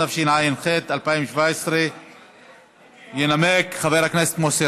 התשע"ח 2017. ינמק חבר הכנסת מוסי